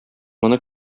моны